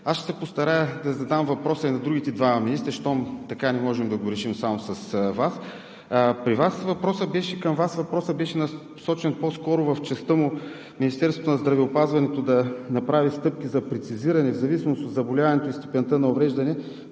Аз ще се постарая да задам въпроса и на другите двама министри, щом не можем да го решим само с Вас. Въпросът към Вас беше насочен по-скоро в частта му Министерството на здравеопазването да направи стъпки за прецизиране в зависимост от заболяването и степента на увреждане